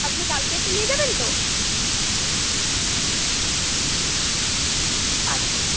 আপনি কালকে এসে নিয়ে যাবেন তো আচ্ছা